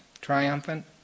triumphant